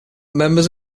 members